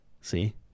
see